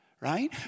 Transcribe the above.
right